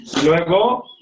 Luego